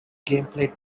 gameplay